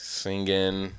singing